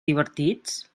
divertits